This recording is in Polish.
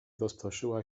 rozproszyła